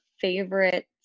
favorite